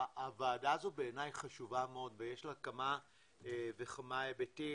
הוועדה הזו בעיני חשובה מאוד ויש לה כמה וכמה היבטים.